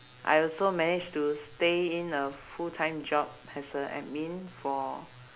I also managed to stay in a full time job as a admin for